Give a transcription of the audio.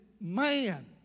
man